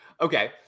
Okay